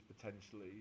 potentially